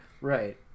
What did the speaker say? Right